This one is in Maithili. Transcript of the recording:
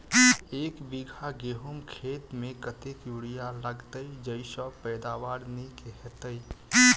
एक बीघा गेंहूँ खेती मे कतेक यूरिया लागतै जयसँ पैदावार नीक हेतइ?